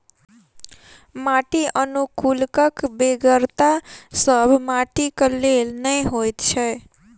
माटि अनुकुलकक बेगरता सभ माटिक लेल नै होइत छै